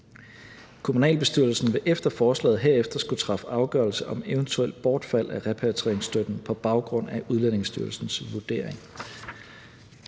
Kommunalbestyrelsen vil ifølge forslaget herefter skulle træffe afgørelse om eventuelt bortfald af repatrieringsstøtten på baggrund af Udlændingestyrelsens vurdering.